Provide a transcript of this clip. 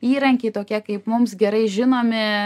įrankiai tokie kaip mums gerai žinomi